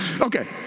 okay